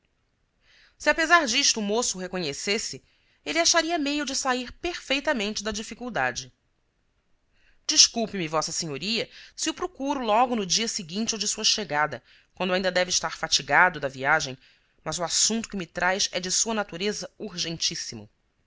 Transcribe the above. se apesar disto o moço o reconhecesse ele acharia meio de sair perfeitamente da dificuldade desculpe-me v s a se o procuro logo no dia seguinte ao de sua chegada quando ainda deve estar fatigado da viagem mas o assunto que me traz é de sua natureza urgentíssimo